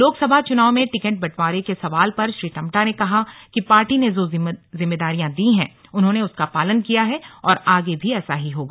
लोकसभा चुनाव में टिकट बंटवारे के सवाल पर श्री टम्टा ने कहा कि पार्टी ने जो जिम्मेदारियां दी है उन्होंने उसका पालन किया है और आगे भी ऐसा ही होगा